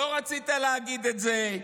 לא רצית להגיד את זה,